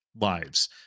lives